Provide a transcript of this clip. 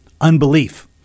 Unbelief